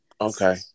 Okay